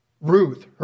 Ruth